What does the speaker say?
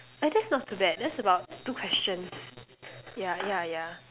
oh that's not too bad that's about two questions yeah yeah yeah